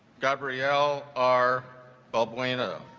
gabrielle are bob lena